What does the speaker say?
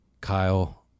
Kyle